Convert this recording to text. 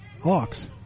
Hawks